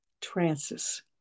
trances